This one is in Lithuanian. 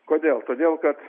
kodėl todėl kad